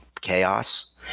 chaos